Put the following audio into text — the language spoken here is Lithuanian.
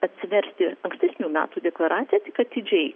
atsiversti ankstesnių metų deklaraciją tik atidžiai